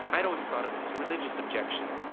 i'd always thought of it as a religious objection.